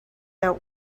out